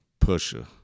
Pusher